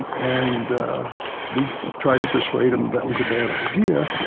and we tried to persuade them that was a bad idea.